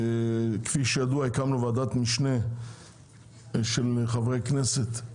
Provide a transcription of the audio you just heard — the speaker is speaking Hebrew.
כפי שידוע, הקמנו ועדת משנה של חברי כנסת;